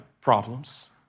problems